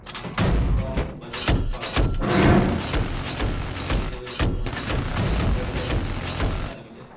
तऽ अहाँके कम बजट पड़त अकेले जेबै तऽ बहुत खर्चा कनिटा बढ़ि जाइए लेकिन चारि पाँच आदमी जायब